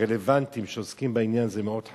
הרלוונטיים, שעוסקים בעניין, וזה מאוד חשוב.